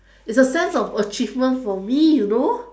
it's a sense of achievement for me you know